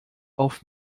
auf